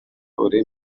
uri